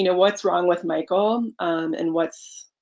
you know what's wrong with michael andwhat's